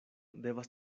devas